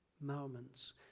moments